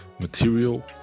material